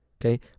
okay